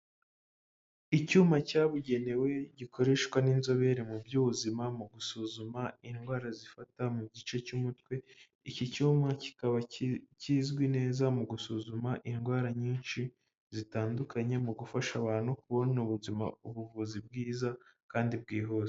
Icyuma cyabugenewe gikoreshwa n'inzobere mu by'ubuzima mu gusuzuma indwara zifata mu gice cy'umutwe, iki cyuma kikaba kizwi neza mu gusuzuma indwara nyinshi zitandukanye, mu gufasha abantu kubona ubuzima, ubuvuzi bwiza kandi bwihuse.